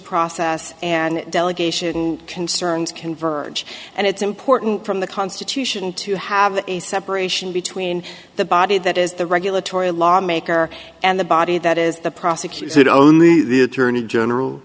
process and delegation concerns converge and it's important from the constitution to have a separation between the body that is the regulatory law maker and the body that is the prosecutor only the attorney general